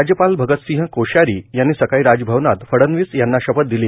राज्यपाल भगत सिंह कोश्यारी यांनी सकाळी राजभवनात फडवणीस यांना शपथ दिली